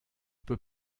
peut